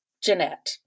Jeanette